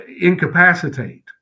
incapacitate